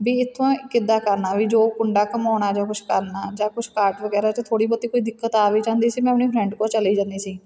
ਵੀ ਇੱਥੋਂ ਕਿੱਦਾਂ ਕਰਨਾ ਵੀ ਜੋ ਕੁੰਡਾ ਘੁੰਮਾਉਣਾ ਜਾਂ ਕੁਛ ਕਰਨਾ ਜਾਂ ਕੁਛ ਕਾਟ ਵਗੈਰਾ 'ਚ ਥੋੜ੍ਹੀ ਬਹੁਤੀ ਕੋਈ ਦਿੱਕਤ ਆ ਵੀ ਜਾਂਦੀ ਸੀ ਮੈਂ ਆਪਣੀ ਫਰੈਂਡ ਕੋਲ ਚਲੇ ਜਾਂਦੀ ਸੀ